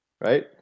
right